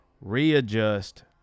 readjust